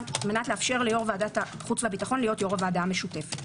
לאפשר ליו"ר וועדת החוץ והביטחון להיות יו"ר הוועדה המשותפת.